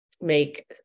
make